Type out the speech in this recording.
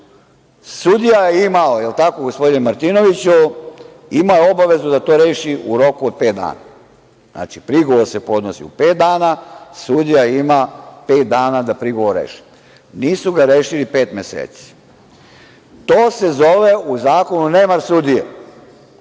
Sudija je imao, jel tako gospodine Martinoviću, imao obavezu da to reši u roku od pet dana. Znači, prigovor se podnosi u pet dana, sudija ima pet dana da prigovore reši. Nisu ga rešili pet meseci. To se zove u zakonu nemar sudije,